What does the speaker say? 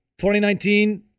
2019